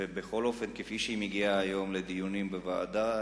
ובכל אופן, כפי שהיא מגיעה היום לדיונים בוועדות,